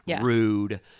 rude